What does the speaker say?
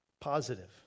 positive